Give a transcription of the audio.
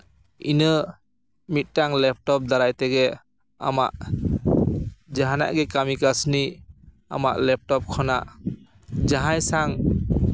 ᱤᱱᱟᱹ ᱢᱤᱫᱴᱟᱱ ᱞᱮᱯᱴᱚᱯ ᱫᱟᱨᱟᱭ ᱛᱮᱜᱮ ᱟᱢᱟᱜ ᱡᱟᱦᱟᱱᱟᱜ ᱜᱮ ᱠᱟᱹᱢᱤ ᱠᱟᱹᱥᱱᱤ ᱟᱢᱟᱜ ᱞᱮᱯᱴᱚᱯ ᱠᱷᱚᱱᱟᱜ ᱡᱟᱦᱟᱸᱭ ᱥᱟᱝ